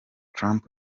trump